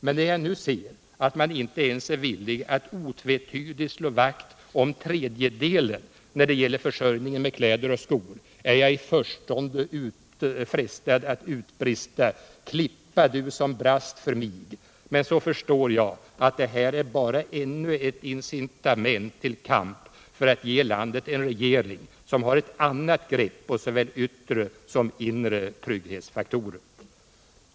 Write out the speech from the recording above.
Men när jag nu ser att man inte ens är villig att otvetydigt slå vakt om tredjedelen, när det gäller försörjningen med kläder och skor, är jag i förstone frestad att utbrista ”klippa du som brast för mig”, men så förstår jag att det här är bara ännu ett incitament till kamp för att ge landet en regering som har ett annat grepp på såväl yttre som inre trygghetsfaktorer.